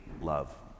love